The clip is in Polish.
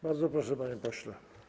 Bardzo proszę, panie pośle.